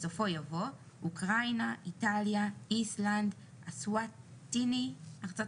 בסופו יבוא: אוקראינה; איטליה; איסלנד; אסוואטיני; ארצות